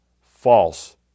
false